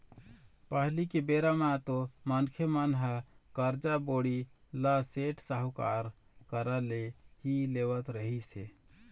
पहिली के बेरा म तो मनखे मन ह करजा, बोड़ी ल सेठ, साहूकार करा ले ही लेवत रिहिस हे